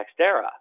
NextEra